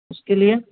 इसके लिए